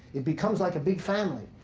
it becomes like a big family.